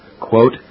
Quote